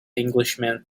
englishman